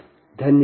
ಧನ್ಯವಾದ